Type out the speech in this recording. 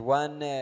one